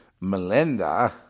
Melinda